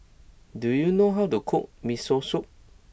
do you know how to cook Miso Soup